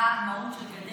אני יודעת מה המהות של גדר,